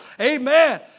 Amen